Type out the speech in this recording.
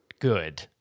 good